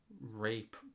Rape